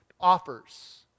offers